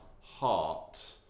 heart